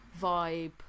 vibe